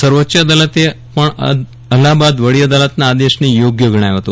સર્વોચ્ચ અદાલતે પણ અલહાબાદ વડી અદાલતના આદેશને યોગ્ય ગણાવ્યો હતો